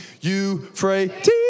Euphrates